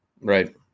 Right